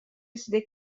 رسیده